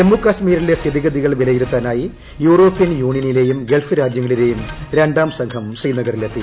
ജമ്മു കാശ്മിരിലെ സ്ഥിതിഗതികൾ ന് വിലയിരുത്താനായി യൂറോപ്യൻ യൂണിയനിലേയും ഗൾഫ് രാജ്യങ്ങളിലേയും ാം സംഘം ശ്രീനഗറിലെത്തി